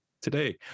today